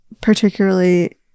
particularly